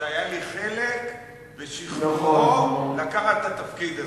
אני רוצה להגיד שהיה לי חלק בשכנועו לקחת את התפקיד הזה.